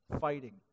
fighting